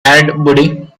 bradbury